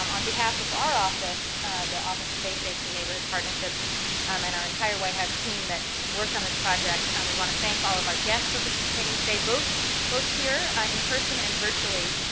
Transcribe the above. um on behalf of our office, the office of faith-based and neighborhood partnerships um and our entire white house team that worked on this project, and we want to thank all of our guests for participating today, both both here in person and virtually.